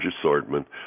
assortment